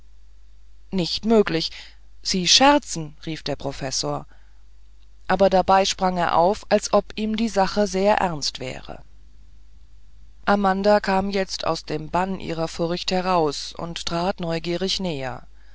nicht möglich sie scherzen rief der professor aber dabei sprang er auf als ob ihm die sache sehr ernst wäre amanda kam jetzt aus dem bann ihrer furcht heraus und trat neugierig näher